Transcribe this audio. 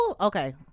Okay